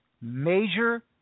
major